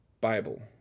Bible